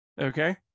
Okay